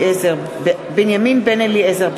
(קוראת בשמות חברי הכנסת) בנימין בן-אליעזר,